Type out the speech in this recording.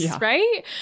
right